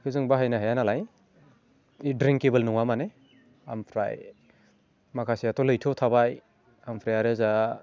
इखो जों बाहायनो हाया नालाय इ ड्रिंएबोल नङा माने आमफ्राय माखासेयाथ' लैथोयाव थाबाय ओमफ्राय आरो जा